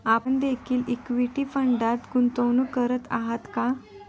आपण देखील इक्विटी फंडात गुंतवणूक करत आहात का?